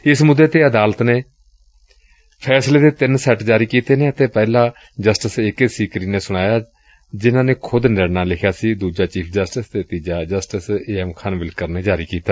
ਏਸ ਮੁੱਦੇ ਤੇ ਅਦਾਲਤ ਨੇ ਫੈਸਲੇ ਦੇ ਤਿੰਨ ਸੈੱਟ ਜਾਰੀ ਕੀਤੇ ਨੇ ਅਤੇ ਪਹਿਲਾ ਜਸਟਿਸ ਏ ਕੇ ਸੀਕਰੀ ਨੇ ਸੁਣਾਇਆ ਜਿਨਾਂ ਨੇ ਖੁਦ ਨਿਰਣਾ ਲਿਖਿਆ ਸੀ ਦੁਜਾ ਚੀਫ਼ ਜਸਟਿਸ ਅਤੇ ਤੀਜਾ justice A M Khanwilkar ਨੇ ਜਾਰੀ ਕੀਤਾ